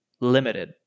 limited